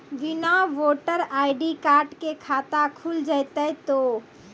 बिना voter ID card के खाता खुल जैते तो?